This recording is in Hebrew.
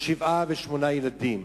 שבהן שבעה ושמונה ילדים.